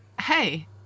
hey